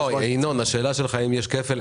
ינון, השאלה שלך אם יש כפל.